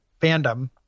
fandom